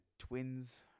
twins